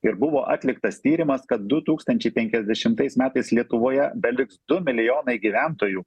ir buvo atliktas tyrimas kad du tūkstančiai penkiasdešimtais metais lietuvoje beliks du milijonai gyventojų